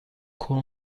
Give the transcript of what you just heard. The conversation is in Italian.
con